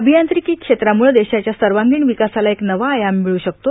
अभियांत्रिकी क्षेत्रामुळं देशाच्या सर्वागीण विकासाला एक नवा आयाम मिळू शकतो